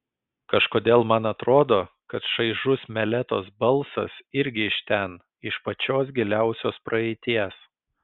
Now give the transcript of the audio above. kažkodėl man atrodo kad šaižus meletos balsas irgi iš ten iš pačios giliausios praeities